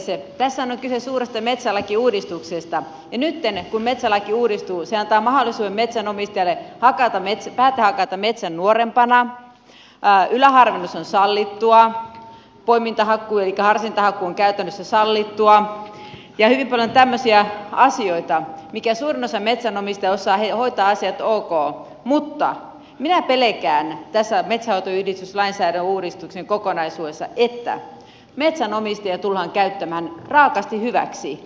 tässähän on kyse suuresta metsälakiuudistuksesta ja nytten kun metsälaki uudistuu se antaa mahdollisuuden metsänomistajalle päätehakata metsän nuorempana yläharvennus on sallittua poimintahakkuu elikkä harsintahakkuu on käytännössä sallittua hyvin paljon tämmöisiä asioita mitkä suurin osa metsänomistajista osaa hoitaa ok mutta minä pelkään tässä metsänhoitoyhdistyslainsäädäntöuudistuksen kokonaisuudessa että metsänomistajia tullaan käyttämään raakasti hyväksi